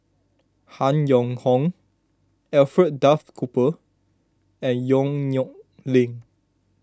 Han Yong Hong Alfred Duff Cooper and Yong Nyuk Lin